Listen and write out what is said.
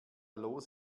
los